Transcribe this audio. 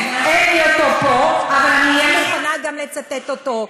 אין לי אותו פה, אבל אני אהיה מוכנה לצטט גם אותו.